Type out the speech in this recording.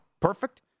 perfect